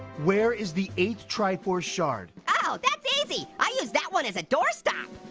where is the eighth triforce shard? oh, that's easy. i use that one as a doorstop.